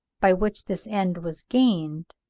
by which this end was gained,